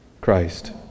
Christ